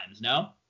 No